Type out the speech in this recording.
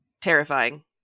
Terrifying